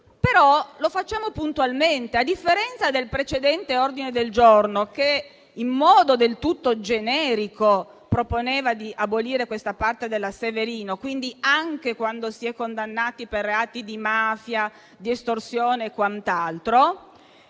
però, lo facciamo puntualmente, a differenza del precedente ordine del giorno, che in modo del tutto generico proponeva di abolire questa parte della legge Severino anche in caso di condanna per reati di mafia e di estorsione. Dico